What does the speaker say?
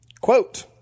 Quote